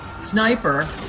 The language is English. sniper